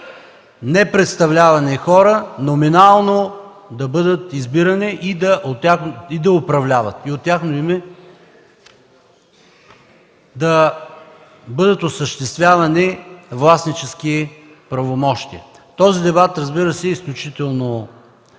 непредставлявани хора номинално да бъдат избирани, да управляват и от тяхно име да бъдат осъществявани властнически правомощия. Този дебат, разбира се, е изключително